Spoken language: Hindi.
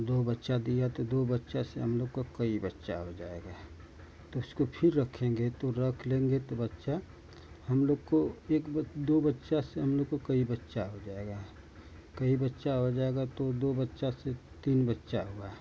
दो बच्चा दिया तो दो बच्चों से हम लोग का कई बच्चे हो जाएंगे तो उसको फिर रखेंगे तो रख लेंगे तो बच्चा हम लोग को एक ब दो बच्चों से हम लोग को कई बच्चे हो जाएँगे कई बच्चे हो जाएँगे तो दो बच्चों से तीन बच्चे हुए